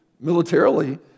militarily